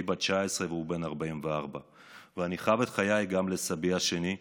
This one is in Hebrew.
היא בת 19 והוא בן 44. אני חב את חיי גם לסבי השני,